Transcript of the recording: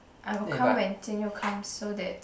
I will come when Jian-You comes so that